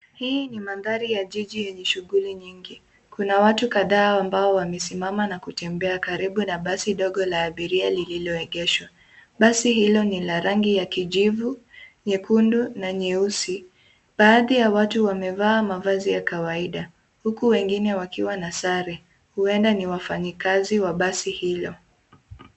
Hii ni mandhali ya jiji yenye shughuli nyingi. Kuna watu kadhaa ambao wamesimama na kutembea karibu na basi dogo la abiria lililoegeshwa. Basi hilo ni la rangi ya kijivu, nyekundu, na nyeusi. Baadhi ya watu wamevaa mavazi ya kawaida, huku wengine wakiwa na sare. Huenda ni wafanyikazi wa basi hilo.